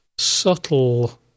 subtle